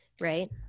right